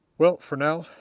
well, for now,